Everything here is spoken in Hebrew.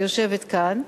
היא יושבת כאן,